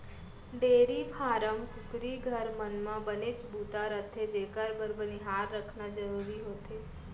dairy farm, कुकरी घर, मन म बनेच बूता रथे जेकर बर बनिहार रखना जरूरी होथे